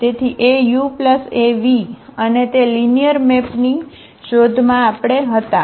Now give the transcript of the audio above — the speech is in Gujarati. તેથી AuAv અને તે લિનિયર મેપ ની શોધમાં આપણે હતાં